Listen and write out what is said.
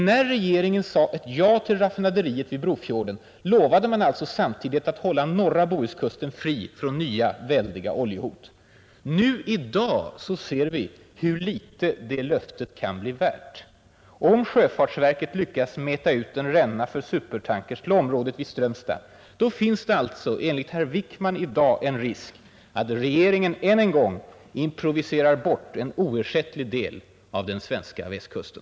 När regeringen sade ett ja till raffinaderiet vid Brofjorden lovade man alltså samtidigt att hålla norra Bohuskusten fri från nya, väldiga oljehot. Nu i dag ser vi hur litet det löftet kan bli värt. Om sjöfartsverket lyckas mäta ut en ränna för supertankers till området vid Strömstad, då finns det alltså, enligt herr Wickman i dag, en risk att regeringen än en gång improviserar bort en oersättlig del av den svenska Västkusten.